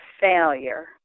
failure